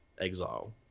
Exile